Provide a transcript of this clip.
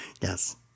yes